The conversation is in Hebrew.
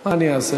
מה אני אעשה,